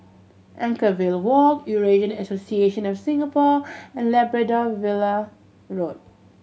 Anchorvale Walk Eurasian Association of Singapore and Labrador Villa Road